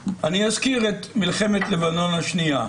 אזכיר את מלחמת לבנון השנייה.